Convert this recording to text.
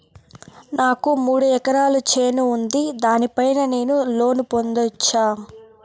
నాకు మూడు ఎకరాలు చేను ఉంది, దాని పైన నేను లోను పొందొచ్చా?